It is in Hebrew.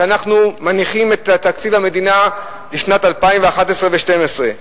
כשאנחנו מניחים את תקציב המדינה לשנים 2011 ו-2012,